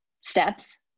steps